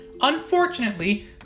Unfortunately